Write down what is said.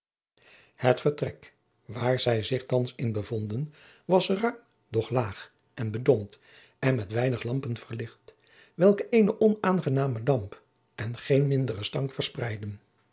het vertrek waar zij zich thands in bevonden was ruim doch laag en bedompt en met weinige lampen verlicht welke eenen onaangenamen damp en geen minderen stank verspreidden